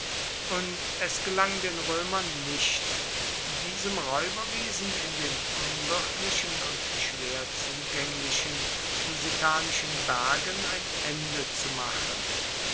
und es gelang den römern nicht diesem räuberwesen in den unwirtlichen und schwer zugänglichen lusitanischen bergen ein ende zu machen